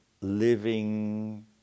living